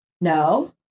No